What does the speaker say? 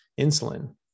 insulin